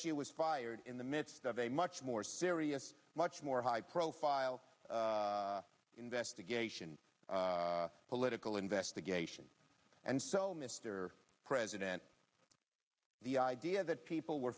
she was fired in the midst of a much more serious much more high profile investigation political investigation and so mr president the idea that people were